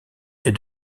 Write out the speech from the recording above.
est